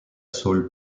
sol